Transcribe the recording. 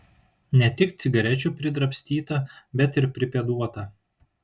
ne tik cigarečių pridrabstyta bet ir pripėduota